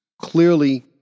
clearly